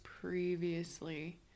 previously